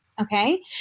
Okay